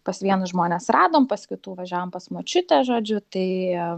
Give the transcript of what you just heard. pas vienus žmones radom pas kitų važiavom pas močiutę žodžiu tai